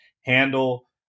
handle